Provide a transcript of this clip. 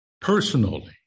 personally